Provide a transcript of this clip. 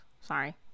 sorry